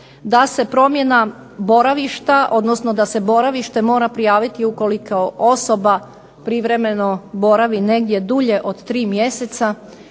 da se promjena boravišta, odnosno da se boravište mora prijaviti ukoliko osoba privremeno boravi negdje dulje od 3 mjeseca,